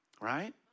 Right